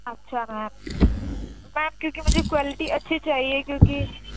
اچھا ma'am ma'am کیونکہ مجھے کوالٹی اچھی چاہیے کیونکہ